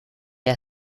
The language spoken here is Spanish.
vea